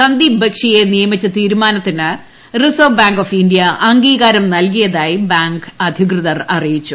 സന്ദീപ് ബക്ഷിയെ നിയമിച്ച തീരുമാനത്തിന് റിസർവ്വ് ബാങ്ക് ഓഫ് ഇന്ത്യ അംഗീകാരം നൽകിയതായി ബാങ്ക് അധികൃതർ അറിയിച്ചു